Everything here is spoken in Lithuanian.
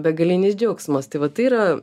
begalinis džiaugsmas tai va tai yra